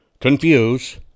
confuse